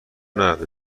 نداده